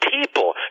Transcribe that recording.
people